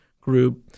group